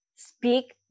Speak